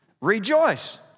Rejoice